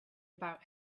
about